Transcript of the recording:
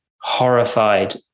horrified